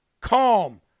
calm